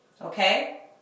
okay